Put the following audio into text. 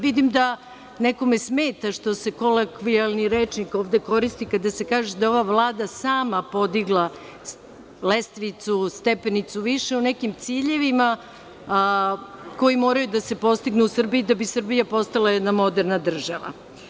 Vidim da nekome smeta što se kolokvijalni rečnik ovde koristi kada se kaže da je ova vlada sama podigla lestvicu, stepenicu više o nekim ciljevima koji moraju da se postignu u Srbiji da bi Srbija postala jedna moderna država.